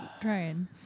trying